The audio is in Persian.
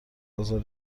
آزار